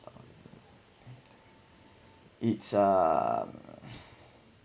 it's uh